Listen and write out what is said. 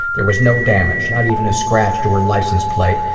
there was no damage, not even a scratch to her license plate,